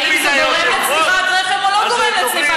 האם זה גורם לצניחת רחם או לא גורם לצניחת רחם?